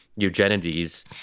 Eugenides